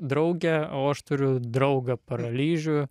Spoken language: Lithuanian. draugę o aš turiu draugą paralyžių